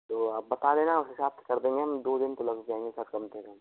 तो आप बता देना आपके हिसाब से कर देंगे हम दो दिन तो लगी जाएंगे सर कम से कम